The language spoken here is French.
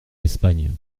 l’espagne